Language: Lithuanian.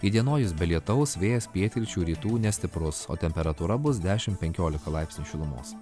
įdienojus be lietaus vėjas pietryčių rytų nestiprus o temperatūra bus dešim penkiolika laipsnių šilumos